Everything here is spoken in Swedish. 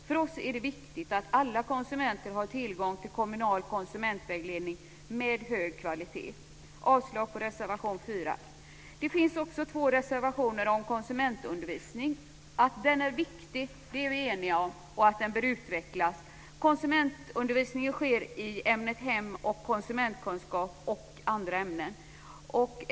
För oss är det viktigt att alla konsumenter har tillgång till kommunal konsumentvägledning med hög kvalitet. Jag yrkar avslag på reservation 4. Det finns två reservationer om konsumentundervisning. Att den är viktig är vi eniga om, liksom att den bör utvecklas. Konsumentundervisning sker i ämnet hem och konsumentkunskap och i andra ämnen.